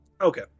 Okay